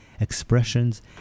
expressions